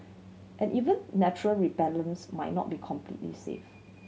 but even natural repellents might not be completely safe